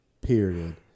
Period